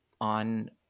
on